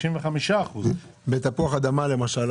95%. בתפוח אדמה למשל,